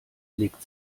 legt